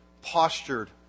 postured